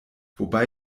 wobei